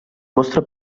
mostra